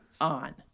on